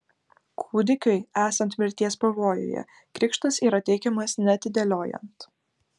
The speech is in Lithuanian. kūdikiui esant mirties pavojuje krikštas yra teikiamas neatidėliojant